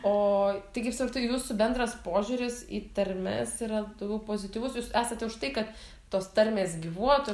o tai kaip supratau jūsų bendras požiūris į tarmes yra daugiau pozityvus jūs esate už tai kad tos tarmės gyvuotų